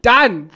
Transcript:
Done